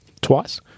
twice